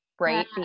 right